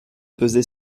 pesé